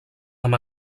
amb